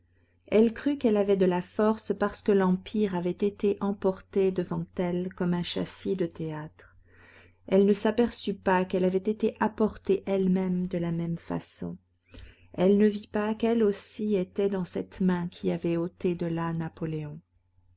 elle crut qu'elle avait de la force parce que l'empire avait été emporté devant elle comme un châssis de théâtre elle ne s'aperçut pas qu'elle avait été apportée elle-même de la même façon elle ne vit pas qu'elle aussi était dans cette main qui avait ôté de là napoléon